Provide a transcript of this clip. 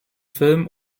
film